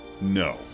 no